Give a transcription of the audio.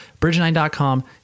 bridge9.com